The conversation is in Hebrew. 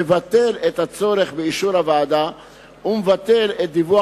מבטל את הצורך באישור הוועדה ומבטל את דיווח